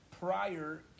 prior